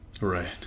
Right